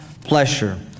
pleasure